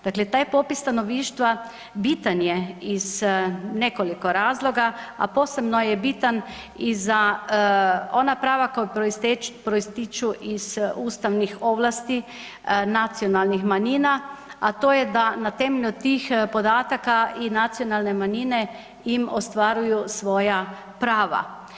Dakle taj popis stanovništva bitan je iz nekoliko razloga, a posebno je bitan i za ona prava koja proističu iz ustavnih ovlasti nacionalnih manjina, a to je da na temelju tih podataka i nacionalne manjine ostvaruju svoja prava.